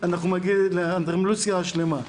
אנדרלמוסיה שלמה.